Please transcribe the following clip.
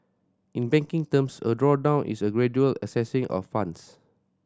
in banking terms a drawdown is a gradual accessing of funds